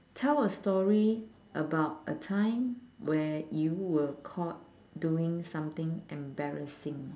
tell a story about a time where you were caught doing something embarrassing